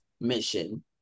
mission